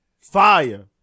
fire